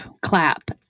Clap